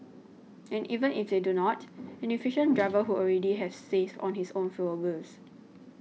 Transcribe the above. and even if they do not an efficient driver would already have saved on his own fuel bills